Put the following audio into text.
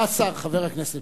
לא נכון.